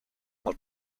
what